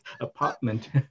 apartment